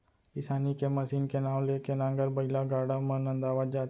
किसानी के मसीन के नांव ले के नांगर, बइला, गाड़ा मन नंदावत जात हे